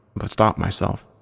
but stopped myself.